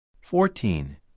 Fourteen